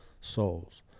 souls